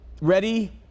Ready